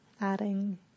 adding